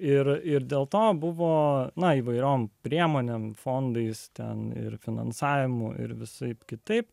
ir ir dėl to buvo na įvairiom priemonėm fondais ten ir finansavimu ir visaip kitaip